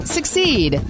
Succeed